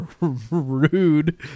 rude